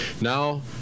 Now